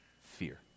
Fear